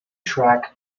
track